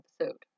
episode